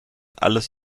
alles